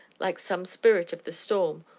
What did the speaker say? like some spirit of the storm,